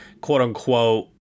quote-unquote